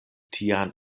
tian